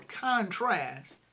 contrast